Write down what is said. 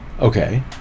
Okay